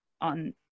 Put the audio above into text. on